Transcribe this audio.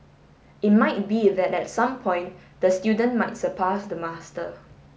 it might be that at some point the student might surpass the master